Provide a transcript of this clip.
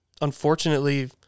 unfortunately